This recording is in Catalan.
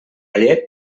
llet